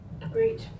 great